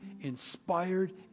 inspired